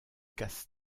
casse